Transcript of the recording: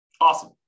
Awesome